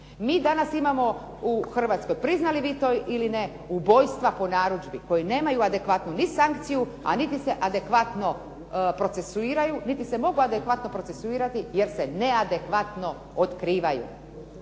Mi danas imamo u Hrvatskoj priznali vi to ili ne ubojstva po narudžbi koja nemaju adekvatnu ni sankciju a niti se adekvatno procesuiraju, niti se mogu adekvatno procesuirati jer se neadekvatno otkrivaju.